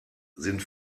sind